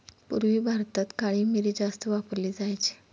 पूर्वी भारतात काळी मिरी जास्त वापरली जायची